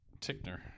Tickner